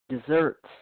desserts